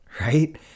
right